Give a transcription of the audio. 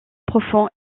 profond